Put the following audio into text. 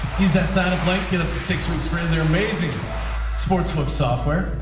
he's that signup link. get up to six weeks free of their amazing sportsbook software.